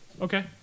Okay